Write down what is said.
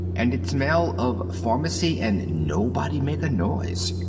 and it smell of pharmacy and nobody make a noise.